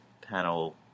panel